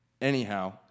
Anyhow